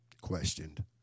questioned